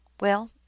Well